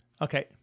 Okay